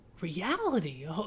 reality